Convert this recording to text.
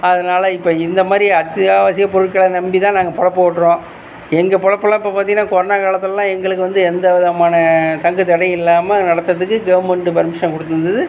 அதனால இப்போ இந்த மாதிரி அத்தியாவசிய பொருட்களை நம்பிதான் நாங்கள் பிழப்ப ஓட்றோம் எங்கள் பிழப்புலாம் இப்போ பார்த்திங்கன்னா கொரோனா காலத்தில்லாம் எங்களுக்கு வந்து எந்த விதமான தங்குதடையும் இல்லாமல் நடத்துறத்துக்கு கவர்மெண்ட் பர்மிஷன் கொடுத்துருந்துது